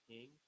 King